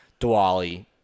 dwali